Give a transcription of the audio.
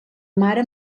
mare